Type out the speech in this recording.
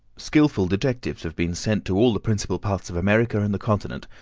skilful detectives have been sent to all the principal ports of america and the continent,